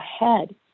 ahead